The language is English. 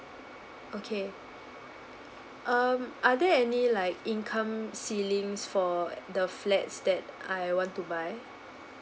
okay um are there any like income ceilings for the flats that I want to buy